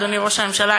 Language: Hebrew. אדוני ראש הממשלה,